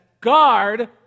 guard